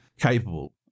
capable